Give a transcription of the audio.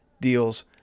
deals